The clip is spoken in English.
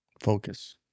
focus